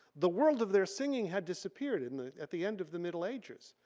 the world of their singing had disappeared in the, at the end of the middle ages.